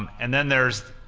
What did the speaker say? and then there's